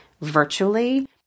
virtually